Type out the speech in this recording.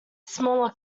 smaller